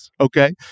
okay